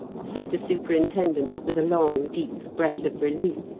said the superintendent, with a long deep breath of relief,